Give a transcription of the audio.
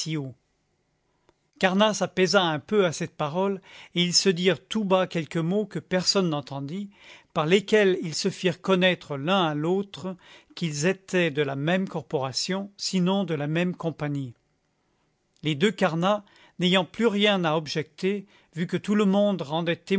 carnat s'apaisa un peu à cette parole et ils se dirent tout bas quelques mots que personne n'entendit par lesquels ils se firent connaître l'un à l'autre qu'ils étaient de la même corporation sinon de la même compagnie les deux carnat n'ayant plus rien à objecter vu que tout le monde rendait